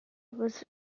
was